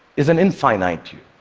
is an infinite you.